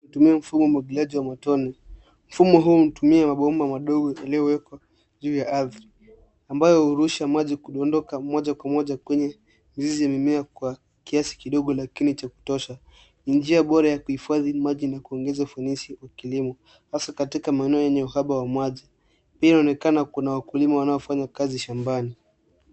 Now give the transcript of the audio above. Unatumia mfumo wa umwagilaji wa matone. Mfumo huu hutumia mabomba madogo iliowekwa juu ya adhri ambayo hurusha maji kudondoka moja kwa moja kwenye mzizi ya mimea kwa kiasi kidogo lakini cha kutosha. Ni njia bora ya kuhifadhi maji na kuongeza ufanisi wa kilimo, hasa katika maeneo yenye uhaba wa maji pia inaonekana kuna wakulima wanaofanya kazi shambani.